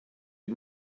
had